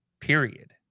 period